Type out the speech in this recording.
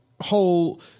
whole